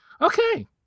Okay